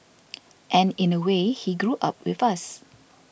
and in a way he grew up with us